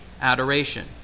adoration